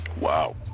Wow